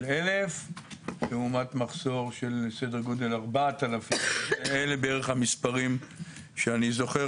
1,000 לעומת מחסור של סדר גודל של 4,000. אלה בערך המספרים שאני זוכר,